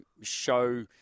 show